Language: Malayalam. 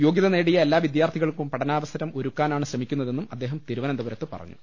യോഗ്യത നേടിയ എല്ലാ പ്പിദ്യാർത്ഥികൾക്കും പഠനാവസരം ഒരുക്കാനാണ് ശ്രമിക്കുന്നതെന്നും അദ്ദേഹം തിരുവനന്തപുരത്ത് പറഞ്ഞു